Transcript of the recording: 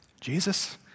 Jesus